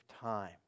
time